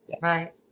Right